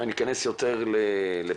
אני אכנס יותר לפרטים.